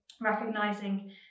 recognizing